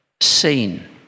seen